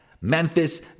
Memphis